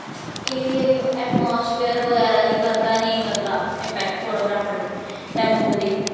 एह् ऐटमासफेयर बगैरा दी करदा नेईं करदा इंपैक्ट फोटोग्राफ्रर ते ते मूड़ दी